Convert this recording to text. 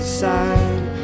side